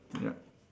ya